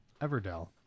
Everdell